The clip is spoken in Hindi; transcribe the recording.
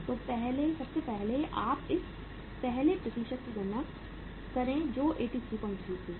तो सबसे पहले आप इस पहले प्रतिशत की गणना करें जो 8333 है